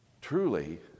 Truly